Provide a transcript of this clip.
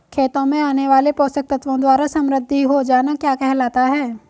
खेतों में आने वाले पोषक तत्वों द्वारा समृद्धि हो जाना क्या कहलाता है?